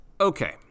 Okay